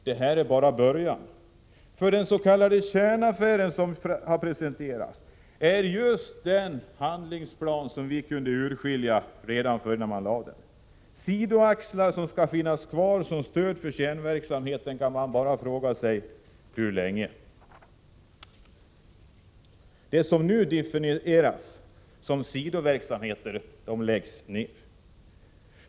Det här är bara början. Den s.k. kärnaffären, som nu har presenterats, är just den handlingsplan som vi kunde skönja redan innan den framlades. Vad gäller de sidoaxlar som skall finnas kvar som stöd till kärnverksamheten kan man bara ställa sig frågan: Hur länge? Det som nu definieras som sidoverksamheter läggs ned.